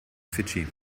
fidschi